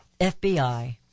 FBI